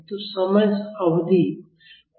तो समय अवधि प्राकृतिक अवधि भी अलग है